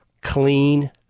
clean